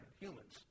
Humans